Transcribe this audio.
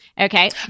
Okay